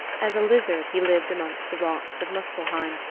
as a lizard he lived amongst the rocks of muspelheim,